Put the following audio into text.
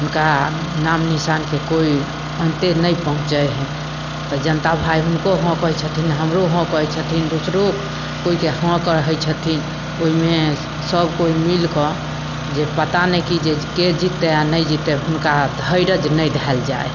हुनका नाम निशानके कोइ अन्ते नहि पहुँचय हइ तऽ जनता भाय हुनको हँ कहय छथिन हमरो हँ कहय छथिन दोसरो कोइके हँ कहय छथिन ओइमे सभ कोइ मिलिकऽ जे पता नहि कि जे के जीतय नहि जीतय हुनका धीरज नहि धयल जाइ हइ